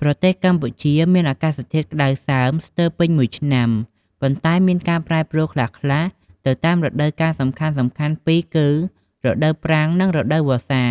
ប្រទេសកម្ពុជាមានអាកាសធាតុក្តៅសើមស្ទើរពេញមួយឆ្នាំ ប៉ុន្តែមានការប្រែប្រួលខ្លះៗទៅតាមរដូវកាលសំខាន់ៗពីរគឺ រដូវប្រាំង និងរដូវវស្សា